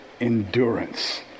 endurance